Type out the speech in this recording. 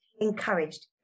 encouraged